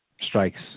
strikes